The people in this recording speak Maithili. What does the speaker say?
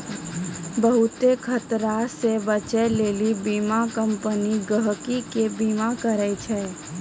बहुते खतरा से बचै लेली बीमा कम्पनी गहकि के बीमा करै छै